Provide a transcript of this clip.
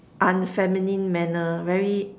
unfeminine manner very